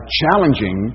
challenging